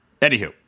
anywho